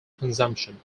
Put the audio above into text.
consumption